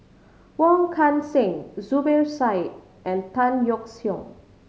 Wong Kan Seng Zubir Said and Tan Yeok Seong